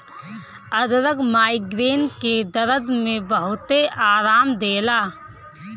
अदरक माइग्रेन के दरद में बहुते आराम देला